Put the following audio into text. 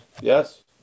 yes